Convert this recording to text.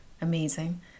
amazing